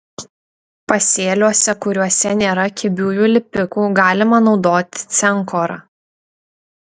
pasėliuose kuriuose nėra kibiųjų lipikų galima naudoti zenkorą